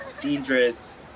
dangerous